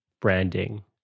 branding